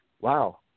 wow